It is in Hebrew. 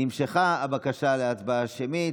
נמשכה הבקשה להצבעה שמית,